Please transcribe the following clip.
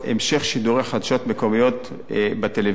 (המשך שידורי חדשות מקומיות בטלוויזיה)